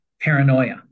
paranoia